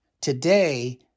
today